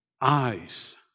eyes